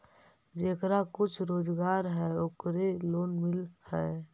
जेकरा कुछ रोजगार है ओकरे लोन मिल है?